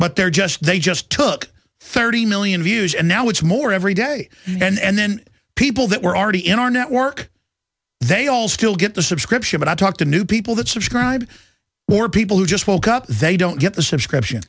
but they're just they just took thirty million views and now it's more every day and then people that were already in our network they all still get the subscription but i talk to new people that subscribe more people who just woke up they don't get subscription